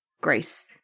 grace